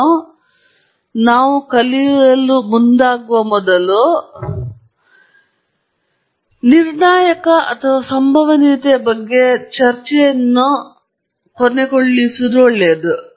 ಆದ್ದರಿಂದ ಡೇಟಾ ವಿಶ್ಲೇಷಣೆಯಲ್ಲಿ ಸಾಮಾನ್ಯವಾಗಿ ಅನುಸರಿಸುತ್ತಿರುವ ಪ್ರಕ್ರಿಯೆಯನ್ನು ನಾವು ಕಲಿಯಲು ಮುಂದಾಗುವ ಮೊದಲು ನಿರ್ಣಾಯಕ ಅಥವಾ ಸಂಭವನೀಯತೆಯ ಬಗ್ಗೆ ಈ ಚರ್ಚೆಯನ್ನು ಮುಚ್ಚುವುದು ಒಳ್ಳೆಯದು